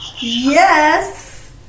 yes